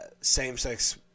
same-sex